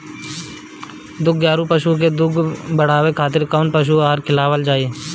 दुग्धारू पशु के दुध बढ़ावे खातिर कौन पशु आहार खिलावल जाले?